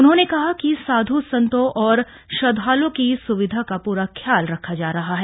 उन्होंने कहा कि साध् संतों और श्रद्धालुओं की सुविधा का पूरा ख्याल रखा जा रहा है